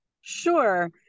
Sure